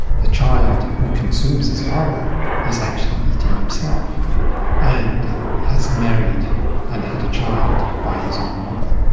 the child who consumes his father is actually eating himself and has married and had a child by his own mother.